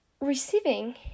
receiving